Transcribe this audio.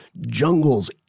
jungles